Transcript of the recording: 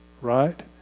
right